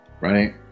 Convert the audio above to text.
right